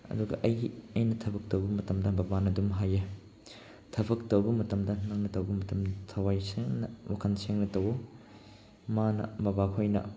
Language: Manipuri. ꯑꯗꯨꯒ ꯑꯩꯒꯤ ꯑꯩꯅ ꯊꯕꯛ ꯇꯧꯕ ꯃꯇꯝꯗ ꯕꯕꯥꯅ ꯑꯗꯨꯝ ꯍꯥꯏꯑꯦ ꯊꯕꯛ ꯇꯧꯕ ꯃꯇꯝꯗ ꯅꯪꯅ ꯇꯧꯕ ꯃꯇꯝꯗ ꯊꯋꯥꯏ ꯁꯦꯡꯅ ꯋꯥꯈꯜ ꯁꯦꯡꯅ ꯇꯧꯑꯣ ꯃꯥꯅ ꯕꯕꯥ ꯈꯣꯏꯅ